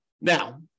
Now